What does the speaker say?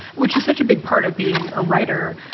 which is such a big part of being a writer,